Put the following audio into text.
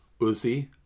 Uzi